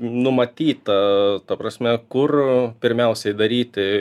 numatyta ta prasme kur pirmiausiai daryti